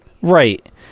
Right